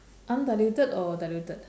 undiluted or diluted